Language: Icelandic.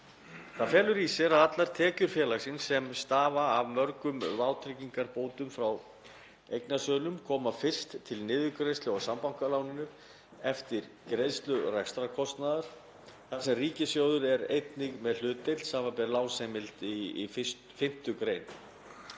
Það felur í sér að allar tekjur félagsins, sem stafa af mögulegum vátryggingarbótum frá eignasölu, koma fyrst til niðurgreiðslu á sambankaláninu eftir greiðslu rekstrarkostnaðar, þar sem ríkissjóður er einnig með hlutdeild, sbr. lánsheimild í 5. gr.